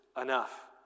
enough